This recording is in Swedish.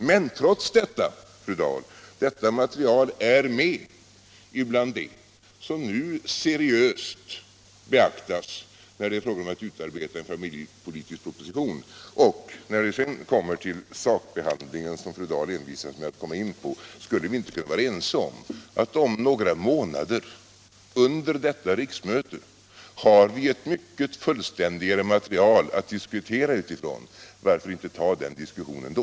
Men trots det, fru Dahl, är detta material med bland det som nu seriöst beaktas när det är fråga om att utarbeta en familjepolitisk proposition. Vad så beträffar sakbehandlingen, som fru Dahl envisas med att komma in på, borde vi väl kunna vara ense om att om några månader, under detta riksmöte, har vi ett mycket fullständigare material att diskutera utifrån. Varför inte ta den diskussionen då?